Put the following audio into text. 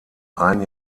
ein